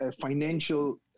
financial